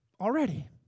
already